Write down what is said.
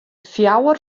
fjouwer